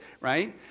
right